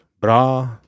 bra